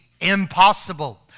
impossible